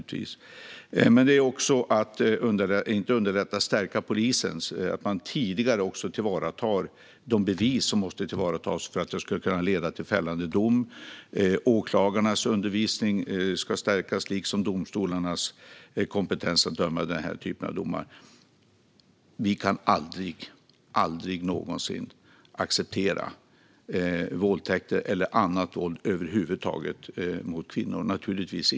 Vi ska också stärka polisen, så att man tidigare tillvaratar de bevis som måste tillvaratas för att det ska kunna leda till fällande dom. Undervisningen av åklagarna ska stärkas liksom domstolarnas kompetens att döma i den här typen av ärenden. Vi kan aldrig någonsin acceptera våldtäkter eller annat våld mot kvinnor över huvud taget, naturligtvis.